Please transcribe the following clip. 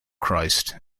christ